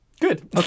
Good